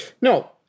no